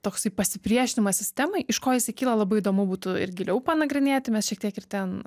toksai pasipriešinimas sistemai iš ko jisai kyla labai įdomu būtų ir giliau panagrinėti mes šiek tiek ir ten